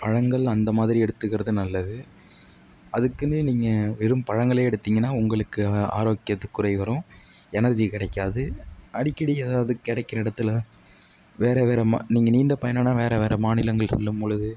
பழங்கள் அந்த மாதிரி எடுத்துக்கிறது நல்லது அதுக்குன்னு நீங்கள் வெறும் பழங்களே எடுத்திங்கன்னால் உங்களுக்கு ஆரோக்கியத்துக்கு குறை வரும் எனர்ஜி கிடைக்காது அடிக்கடி எதாவது கிடைக்கிற இடத்துல வேறு வேறு ம நீங்கள் நீண்ட பயணம்னால் வேறு வேறு மாநிலங்கள் செல்லும் பொழுது